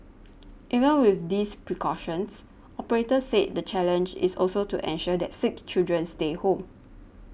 even with these precautions operators said the challenge is also to ensure that sick children stay home